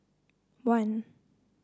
one